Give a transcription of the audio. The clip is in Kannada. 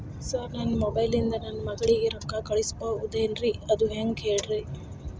ಸರ್ ನನ್ನ ಮೊಬೈಲ್ ಇಂದ ನನ್ನ ಮಗಳಿಗೆ ರೊಕ್ಕಾ ಕಳಿಸಬಹುದೇನ್ರಿ ಅದು ಹೆಂಗ್ ಹೇಳ್ರಿ